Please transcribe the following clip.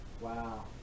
wow